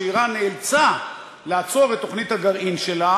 שאיראן נאלצה לעצור את תוכנית הגרעין שלה